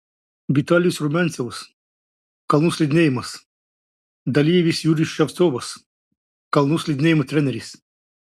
vitalijus rumiancevas kalnų slidinėjimas dalyvis jurijus ševcovas kalnų slidinėjimo treneris